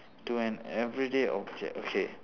to an everyday object okay